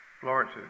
Florence